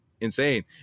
insane